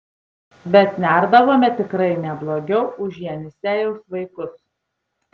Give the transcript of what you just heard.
bet nerdavome tikrai neblogiau už jenisejaus vaikus